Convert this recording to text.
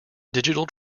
digital